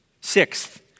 Sixth